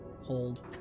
hold